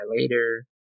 later